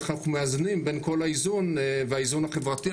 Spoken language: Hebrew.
איך אנחנו מאזנים בין כל האיזון והאיזון החברתי.